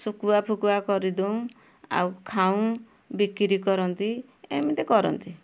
ଶୁଖୁଆ ଫୁକୁଆ କରି ଦେଉଁ ଆଉ ଖାଉଁ ବିକ୍ରି କରନ୍ତି ଏମିତି କରନ୍ତି